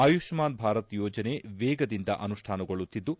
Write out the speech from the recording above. ಆಯುಷ್ಹಾನ್ ಭಾರತ್ ಯೋಜನೆ ವೇಗದಿಂದ ಅನುಷ್ಹಾನಗೊಳ್ಳುತ್ತಿದ್ದು